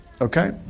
Okay